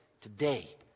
Today